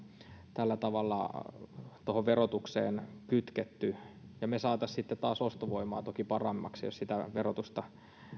tällä tavalla tuohon verotukseen kytketty me saisimme sitten taas ostovoimaa toki paremmaksi jos sitä verotusta